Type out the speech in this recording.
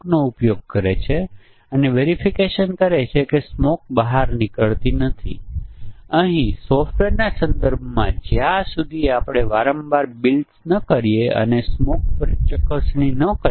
તેથી આ સમયે પ્રોગ્રામરે આ વિધાન "જો x બરાબર x 2 અને y બરાબર y2 છે " લખવાનું ચૂક્યા છે મારે અહીં y 2 લખવું જોઈએ જો x એ x2 ની બરાબર છે અને y બરાબર y2 છે તો આઉટપુટ f xyz gxy નહીં તો f xyz gxy છે